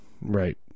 Right